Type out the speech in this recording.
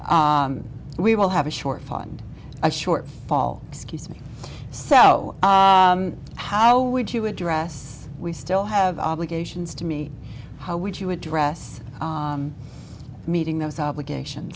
we will have a short fund a short fall excuse me so how would you address we still have obligations to me how would you address meeting those obligation